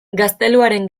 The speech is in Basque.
gazteluaren